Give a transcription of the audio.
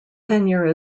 tenure